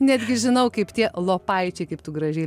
netgi žinau kaip tie lopaičiai kaip tu gražiai